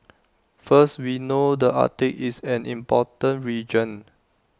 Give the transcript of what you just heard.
first we know the Arctic is an important region